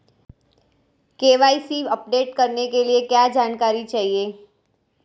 KYC update करने के लिए क्या जानकारी चाहिए?